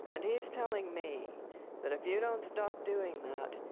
and he's telling me that if you don't stop doing that,